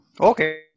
Okay